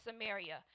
Samaria